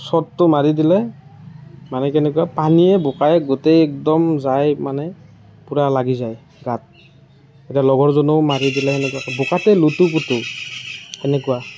শ্ব'টটো মাৰি দিলে মানে কেনেকুৱা পানীয়ে বোকাই গোটেই একদম যাই মানে পূৰা লাগি যায় গাত এতিয়া লগৰ জনেও মাৰি দিলে সেনেকে বোকাতে লুতুৰ পুতুৰ এনেকুৱা